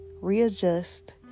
readjust